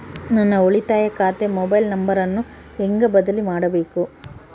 ನನ್ನ ಉಳಿತಾಯ ಖಾತೆ ಮೊಬೈಲ್ ನಂಬರನ್ನು ಹೆಂಗ ಬದಲಿ ಮಾಡಬೇಕು?